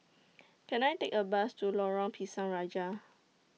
Can I Take A Bus to Lorong Pisang Raja